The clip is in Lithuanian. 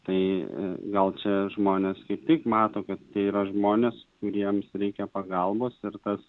tai gal čia žmonės kaip tik mato kad tai yra žmonės ir jiems reikia pagalbos ir tas